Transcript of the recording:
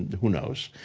who knows?